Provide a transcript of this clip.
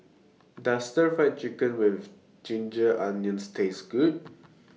Does Stir Fry Chicken with Ginger Onions Taste Good